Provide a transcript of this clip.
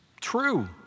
true